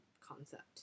concept